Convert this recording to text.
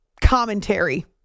commentary